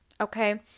Okay